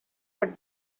but